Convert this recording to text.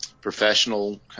professional